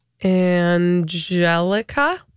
Angelica